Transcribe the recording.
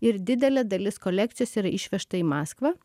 ir didelė dalis kolekcijos yra išvežta į maskvą